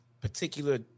particular